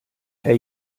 herr